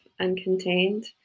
uncontained